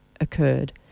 occurred